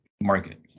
market